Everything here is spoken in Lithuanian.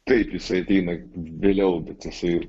taip jis ateina vėliau bet jisai